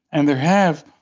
and there have.